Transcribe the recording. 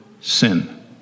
sin